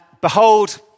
behold